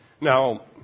Now